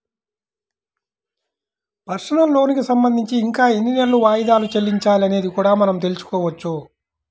personal లోనుకి సంబంధించి ఇంకా ఎన్ని నెలలు వాయిదాలు చెల్లించాలి అనేది కూడా మనం తెల్సుకోవచ్చు